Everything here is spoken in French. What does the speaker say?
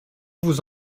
vous